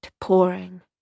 pouring